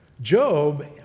Job